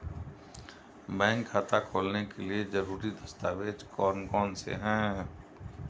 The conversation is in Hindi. बैंक खाता खोलने के लिए ज़रूरी दस्तावेज़ कौन कौनसे हैं?